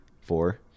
Four